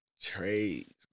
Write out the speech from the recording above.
trades